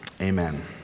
amen